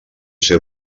ser